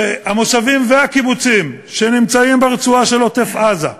המושבים והקיבוצים שנמצאים ברצועה של עוטף-עזה,